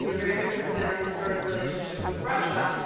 you know very different than our historic relationship with russia.